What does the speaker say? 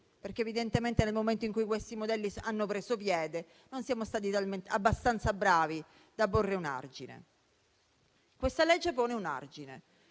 perché evidentemente, nel momento in cui tali modelli hanno preso piede, non siamo stati abbastanza bravi da porvi un argine. Questa legge pone un argine.